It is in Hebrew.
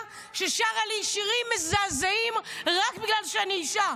ששרה לי שירים מזעזעים רק בגלל שאני אישה,